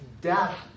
death